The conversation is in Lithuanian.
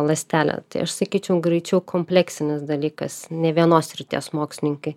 ląstelę tai aš sakyčiau greičiau kompleksinis dalykas nė vienos srities mokslininkai